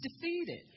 defeated